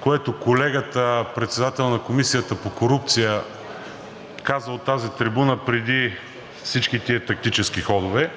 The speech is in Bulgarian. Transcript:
което колегата председател на Комисията по корупция каза от тази трибуна преди всички тези тактически ходове.